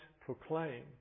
proclaim